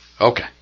Okay